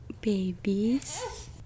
babies